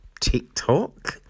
TikTok